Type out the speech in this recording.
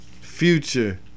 Future